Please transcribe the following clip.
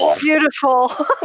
beautiful